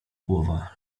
głowa